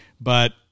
But-